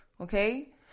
okay